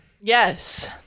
Yes